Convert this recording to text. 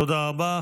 תודה רבה.